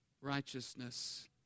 righteousness